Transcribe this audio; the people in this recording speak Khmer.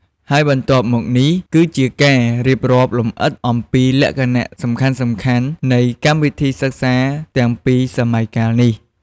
ហើយបន្ទាប់មកនេះគឺជាការរៀបរាប់លម្អិតអំពីលក្ខណៈសំខាន់ៗនៃកម្មវិធីសិក្សាទាំងពីរសម័យកាលនេះ។